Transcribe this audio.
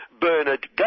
Bernard